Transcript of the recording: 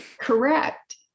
Correct